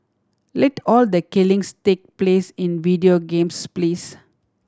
let all the killings take place in video games please